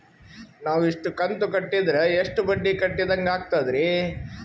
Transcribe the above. ನಾವು ಇಷ್ಟು ಕಂತು ಕಟ್ಟೀದ್ರ ಎಷ್ಟು ಬಡ್ಡೀ ಕಟ್ಟಿದಂಗಾಗ್ತದ್ರೀ?